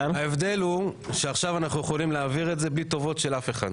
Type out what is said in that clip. ההבדל הוא שעכשיו אנחנו יכולים להעביר את זה בלי טובות של אף אחד.